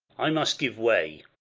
i must give way.